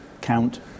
count